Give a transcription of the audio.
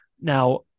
Now